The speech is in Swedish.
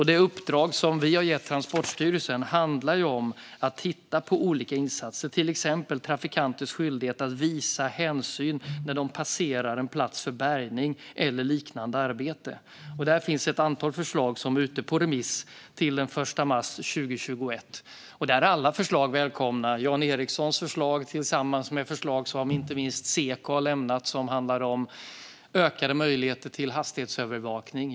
Det uppdrag vi har gett Transportstyrelsen handlar om att titta på olika insatser, till exempel trafikanters skyldighet att visa hänsyn när de passerar en plats för bärgning eller liknande arbete. Där finns ett antal förslag som är ute på remiss till den 1 mars 2021. Alla förslag är välkomna, det vill säga Jan Ericsons förslag tillsammans med förslag som inte minst Seko har lämnat om ökade möjligheter till hastighetsövervakning.